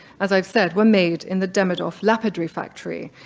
as i've said, were made in the demidov lapidary factory.